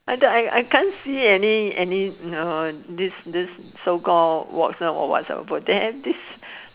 I thought I I can't see any any uh this this so call Watson or whatsoever they have this